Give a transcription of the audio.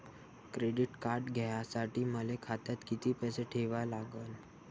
Credit card घ्यासाठी मले खात्यात किती पैसे ठेवा लागन?